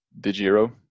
Digiro